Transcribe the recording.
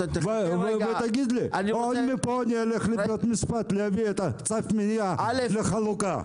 תגיד לי שאני אלך מפה לבית משפט להביא צו מניעה לחלוקה.